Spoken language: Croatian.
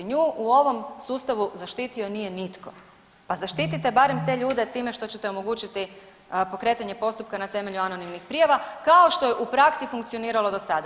Nju u ovom sustavu zaštitio nije nitko, pa zaštite barem te ljude time što ćete omogućiti pokretanje postupka na temelju anonimnih prijava kao što je u praksi funkcioniralo do sada.